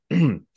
Okay